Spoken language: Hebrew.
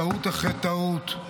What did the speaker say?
טעות אחרי טעות.